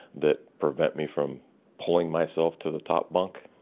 that prevent me from pulling myself to the top bunk